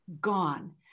Gone